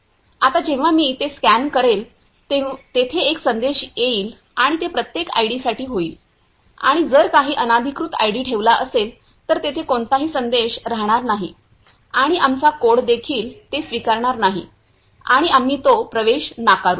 आता जेव्हा मी ते स्कॅन करेन तेथे एक संदेश येईल आणि ते प्रत्येक आयडीसाठी होईल आणि जर काही अनधिकृत आयडी ठेवला असेल तर तेथे कोणताही संदेश राहणार नाही आणि आमचा कोडदेखील ते स्वीकारणार नाही आणि आम्ही तो प्रवेश नाकारू